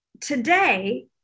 today